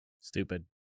Stupid